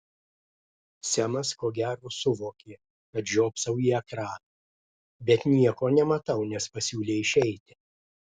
semas ko gero suvokė kad žiopsau į ekraną bet nieko nematau nes pasiūlė išeiti